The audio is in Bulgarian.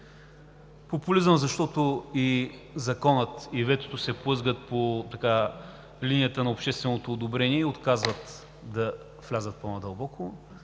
Популизъм, защото и законът, и ветото се плъзгат по линията на общественото одобрение и отказват да влязат по-надълбоко.